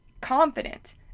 confident